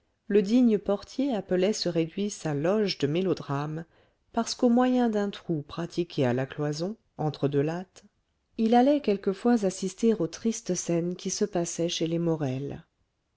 le digne portier appelait ce réduit sa loge de mélodrame parce qu'au moyen d'un trou pratiqué à la cloison entre deux lattes il allait quelquefois assister aux tristes scènes qui se passaient chez les morel